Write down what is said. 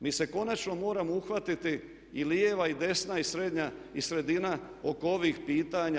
Mi se konačno moramo uhvatiti i lijeva i desna i srednja i sredina oko ovih pitanja.